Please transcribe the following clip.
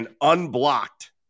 unblocked